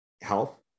health